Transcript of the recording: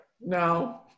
No